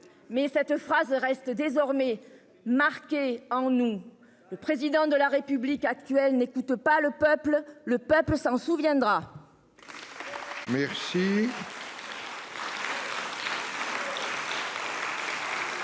Mais cette phrase reste désormais marqué en août, le président de la République actuel n'écoute pas le peuple, le peuple s'en souviendra. Pour le